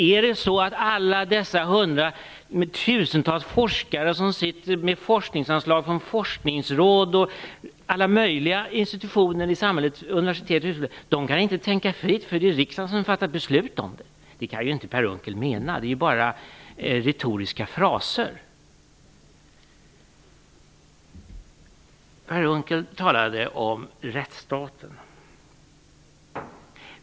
Är det då så att alla dessa tusentals forskare som sitter med forskningsanslag från forskningsråd och alla möjliga institutioner i samhället, universitet osv. inte kan tänka fritt, därför att det är riksdagen som fattar beslut om anslaget? Det kan inte Per Unckel mena. Det är bara retoriska fraser. Per Unckel talade om rättsstaten.